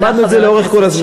למדנו את זה לאורך כל הזמן.